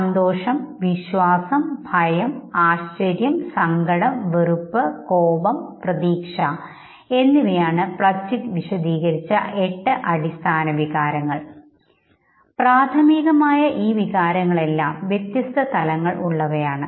സന്തോഷം വിശ്വാസം ഭയം ആശ്ചര്യം സങ്കടം വെറുപ്പ് കോപം പ്രതീക്ഷ എന്നിവയാണ് പ്ലച്ചിക് വിശദീകരിച്ച എട്ട് അടിസ്ഥാന വികാരങ്ങൾ പ്രാഥമികമായ ഈ വികാരങ്ങളെല്ലാം വ്യത്യസ്ത തലങ്ങൾ ഉള്ളവയാണ്